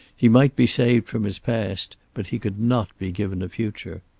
he might be saved from his past, but he could not be given a future.